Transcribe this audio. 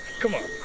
come on,